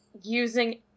using